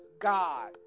God